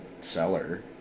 seller